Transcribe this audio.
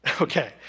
Okay